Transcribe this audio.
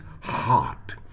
heart